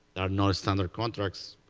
nonstandard contracts,